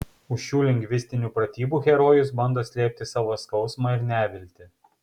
už šių lingvistinių pratybų herojus bando slėpti savo skausmą ir neviltį